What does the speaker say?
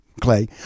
Clay